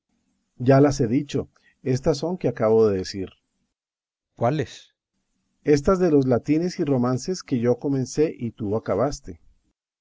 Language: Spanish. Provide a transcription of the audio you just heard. ya las he dicho éstas son que acabo de decir cipión cuáles berganza estas de los latines y romances que yo comencé y tú acabaste